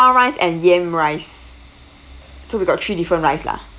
brown rice and yam rice so we got three different rice lah